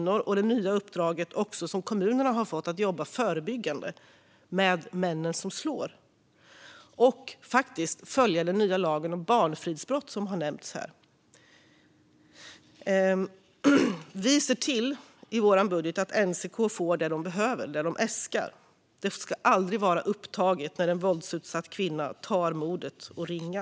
Det gäller också det nya uppdraget som kommuner har fått att jobba förebyggande med män som slår och att följa den nya lagen om barnfridsbrott som har nämnts här. Vi ser i vår budget till att NCK får det de behöver och äskar. Det ska aldrig vara upptaget när en våldsutsatt kvinna tar modet att ringa.